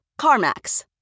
CarMax